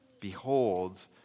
Behold